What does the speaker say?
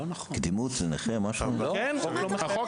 כן, החוק